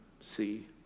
see